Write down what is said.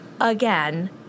again